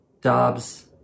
Dobbs